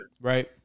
Right